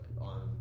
on